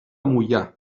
moià